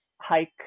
hike